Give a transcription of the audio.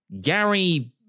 Gary